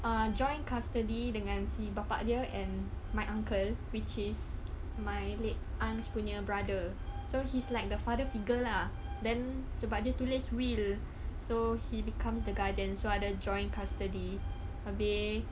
err joint custody dengan si bapa dia and my uncle which is my late aunt's punya brother so he's like the father figure lah then sebab dia tulis real so he becomes the guardian so ada joint custody habis